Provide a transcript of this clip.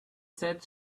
said